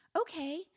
okay